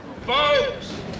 Folks